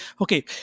Okay